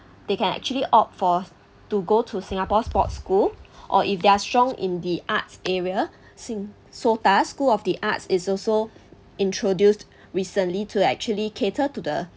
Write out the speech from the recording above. they can actually opt for to go to singapore sports school or if they're strong in the arts area sing~ SOTA school of the arts is also introduced recently to actually cater to the